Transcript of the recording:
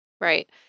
Right